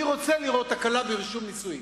אני רוצה לראות הקלה ברישום נישואים.